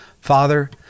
Father